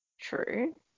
True